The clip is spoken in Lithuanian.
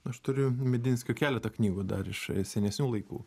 aš turiu medinskio keletą knygų dar iš senesnių laikų